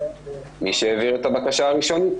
מי שהעביר את הבקשה הראשונית.